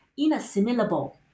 inassimilable